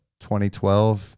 2012